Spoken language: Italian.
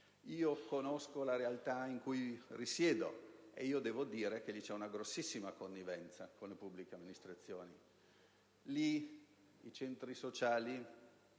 Conosco la realtà in cui risiedo e devo dire che c'è una grossissima connivenza con la pubblica amministrazione: lì i centri sociali